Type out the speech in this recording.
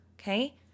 okay